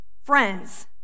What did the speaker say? friends